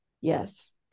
yes